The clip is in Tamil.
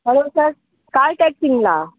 hello sir call டாக்ஸிங்களா